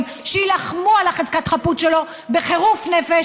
שיילחמו על חזקת החפות שלו בחירוף נפש,